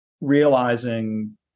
realizing